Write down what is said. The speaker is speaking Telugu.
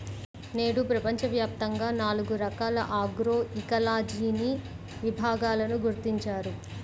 నేడు ప్రపంచవ్యాప్తంగా నాలుగు రకాల ఆగ్రోఇకాలజీని విభాగాలను గుర్తించారు